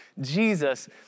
Jesus